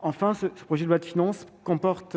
Enfin, ce projet de loi de finances comporte